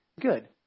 good